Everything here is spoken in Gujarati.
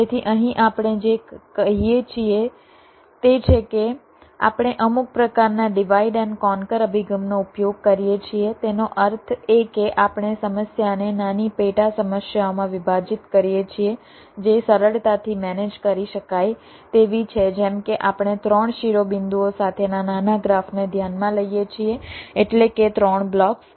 તેથી અહીં આપણે જે કહીએ છીએ તે છે કે આપણે અમુક પ્રકારના ડિવાઈડ એન્ડ કોનકર અભિગમનો ઉપયોગ કરીએ છીએ તેનો અર્થ એ કે આપણે સમસ્યાને નાની પેટા સમસ્યાઓમાં વિભાજીત કરીએ છીએ જે સરળતાથી મેનેજ કરી શકાય તેવી છે જેમ કે આપણે 3 શિરોબિંદુઓ સાથેના નાના ગ્રાફને ધ્યાનમાં લઈએ છીએ એટલે કે 3 બ્લોક્સ